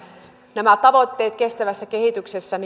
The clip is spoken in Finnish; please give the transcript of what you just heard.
nämä tavoitteet kestävässä kehityksessä